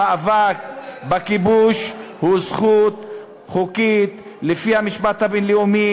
המאבק בכיבוש הוא זכות חוקית לפי המשפט הבין-לאומי.